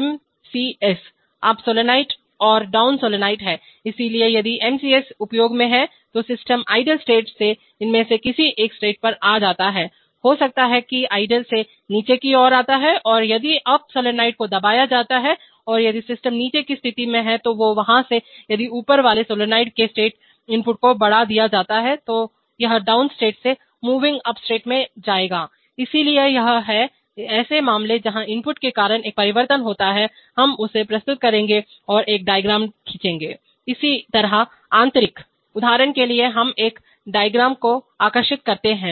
MCS up solenoid और down solenoid हैं इसलिए यदि एमसीएसउपयोग में है तो सिस्टम आइडल स्टेट से इनमें से किसी एक स्टेट पर आ जाता है हो सकता है निष्क्रिय आइडल से नीचे की ओर आता है और यदि अप सोलनॉइड को दबाया जाता है और यदि सिस्टम नीचे की स्थिति में है तो वहां से यदि ऊपर वाले सोलनॉइड के स्टेट इनपुट को बढ़ा दिया जाता है तो यह डाउन स्टेट से मूविंग अपस्टेट में जाएगा इसलिए ये हैं ऐसे मामले जहां इनपुट के कारण एक परिवर्तन होता है हम इसे प्रस्तुत करेंगे और एक डायग्राम खींचेंगे इसी तरह आंतरिक उदाहरण के लिए हम इस आरेख डायग्राम को आकर्षित करते हैं